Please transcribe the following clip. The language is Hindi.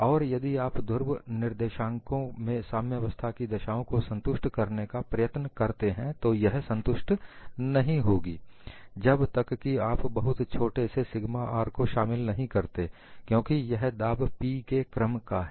और यदि आप ध्रुव निर्देशकों में साम्यावस्था की दशाओं को संतुष्ट करने का प्रयत्न करते हैं तो यह संतुष्ट नहीं होगी जब तक कि आप बहुत छोटे से सिगमा R को शामिल नहीं करते क्योंकि यह दाब p के क्रम का है